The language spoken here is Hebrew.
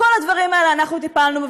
בכל הדברים האלה אנחנו טיפלנו.